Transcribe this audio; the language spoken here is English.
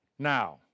Now